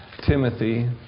Timothy